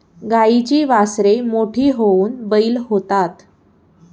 गाईची वासरे मोठी होऊन बैल होतात